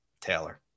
Taylor